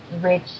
rich